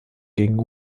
gegen